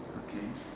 okay